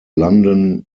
london